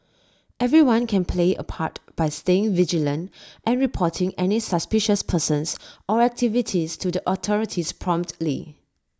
everyone can play A part by staying vigilant and reporting any suspicious persons or activities to the authorities promptly